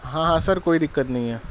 ہاں ہاں سر کوئی دقت نہیں ہے